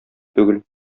түгел